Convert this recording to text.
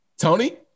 Tony